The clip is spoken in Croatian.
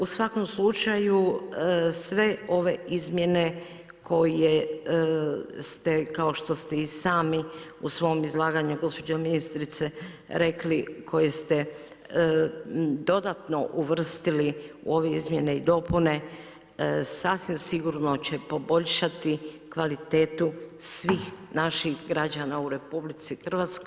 U svakom slučaju sve ove izmjene koje ste kao što ste i sami u svom izlaganju gospođo ministrice rekli, koje ste dodatno uvrstili u ove izmjene i dopune sasvim sigurno će poboljšati kvalitetu svih naših građana u Republici Hrvatskoj.